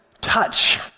touch